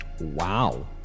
Wow